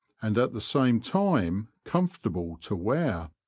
and at the same time com fortable to wear.